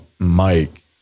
Mike